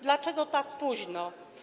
Dlaczego tak późno?